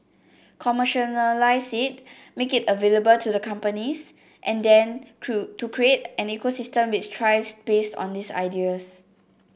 make it available to the companies and then to to create an ecosystem which thrives based on these ideas